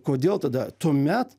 kodėl tada tuomet